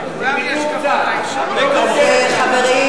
חברים,